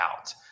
out